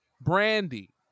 Brandy